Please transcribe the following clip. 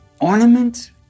Ornament